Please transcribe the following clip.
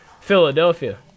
Philadelphia